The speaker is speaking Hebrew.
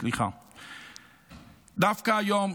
דווקא היום,